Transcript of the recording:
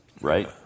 right